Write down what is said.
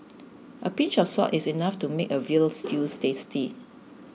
a pinch of salt is enough to make a Veal Stew tasty